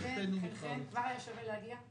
חן-חן, כבר היה שווה להגיע.